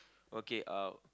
okay uh